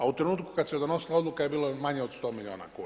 A u trenutku kada se donosila odluka je bilo manje od 100 milijuna kuna.